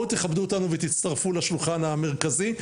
בואו תכבדו אותנו ותצטרפו לשולחן המרכזי,